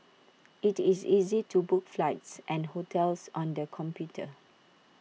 IT is easy to book flights and hotels on the computer